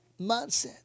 mindset